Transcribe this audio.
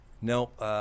Nope